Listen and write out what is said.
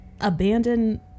abandon